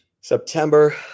september